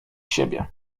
siebie